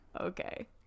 Okay